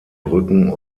brücken